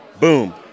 boom